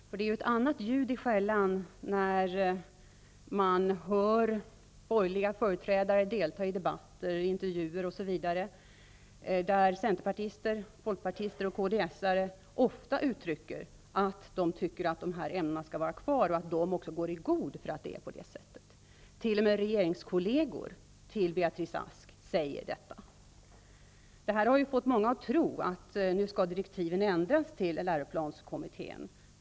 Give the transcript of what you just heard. Det är nämligen ett annat ljud i skällan när borgerliga företrädare deltar i debatter, intervjuer, osv. Då uttrycker centerpartister, folkpartister och kds:are ofta att de anser att dessa ämnen skall vara kvar och att de också går i god för att det blir på det sättet. T.o.m. regeringskolleger till Beatrice Ask säger detta. Detta har fått många att tro att direktiven till läroplanskommittén nu skall ändras.